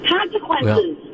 Consequences